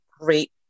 great